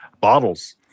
Bottles